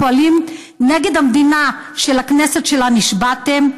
פועלים נגד המדינה שלכנסת שלה נשבעתם.